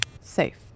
Safe